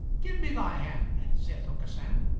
give me thy hand, saith aucassin.